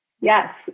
Yes